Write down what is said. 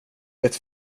det